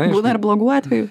būna ir blogų atvejų